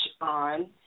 on